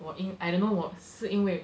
我因 I don't know 我是因为